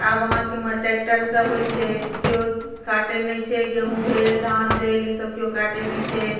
आब अहाँकेँ टैक्टरसँ होइत छै केओ काटैत नहि छै गेहूँ भेल धान भेल ई सभ केओ काटैत नहि छै